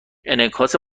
انعکاس